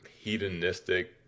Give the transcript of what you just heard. hedonistic